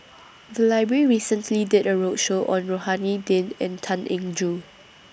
The Library recently did A roadshow on Rohani Din and Tan Eng Joo